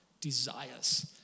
desires